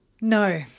No